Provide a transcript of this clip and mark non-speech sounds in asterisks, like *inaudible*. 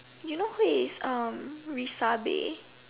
*unintelligible*